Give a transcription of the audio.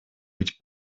быть